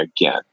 again